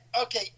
okay